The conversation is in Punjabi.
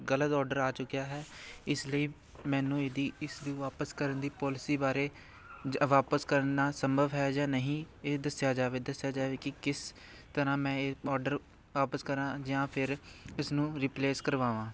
ਗਲਤ ਔਡਰ ਆ ਚੁੱਕਿਆ ਹੈ ਇਸ ਲਈ ਮੈਨੂੰ ਇਹਦੀ ਇਸ ਦੀ ਵਾਪਸ ਕਰਨ ਦੀ ਪੋਲਿਸੀ ਬਾਰੇ ਵਾਪਸ ਕਰਨਾ ਸੰਭਵ ਹੈ ਜਾਂ ਨਹੀਂ ਇਹ ਦੱਸਿਆ ਜਾਵੇ ਦੱਸਿਆ ਜਾਵੇ ਕਿ ਕਿਸ ਤਰ੍ਹਾਂ ਮੈਂ ਇਹ ਔਡਰ ਵਾਪਸ ਕਰਾਂ ਜਾਂ ਫਿਰ ਇਸਨੂੰ ਰਿਪਲੇਸ ਕਰਵਾਵਾਂ